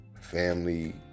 family